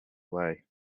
away